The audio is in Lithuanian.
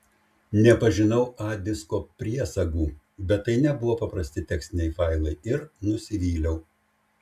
nepažinau a disko priesagų bet tai nebuvo paprasti tekstiniai failai ir nusivyliau